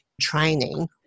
training